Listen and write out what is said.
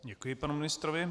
Děkuji panu ministrovi.